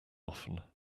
often